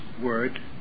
word